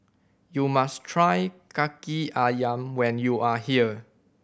you must try Kaki Ayam when you are here